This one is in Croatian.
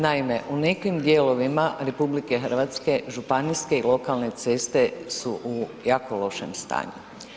Naime, u nekim dijelovima RH županijske i lokalne ceste su u jako lošem stanju.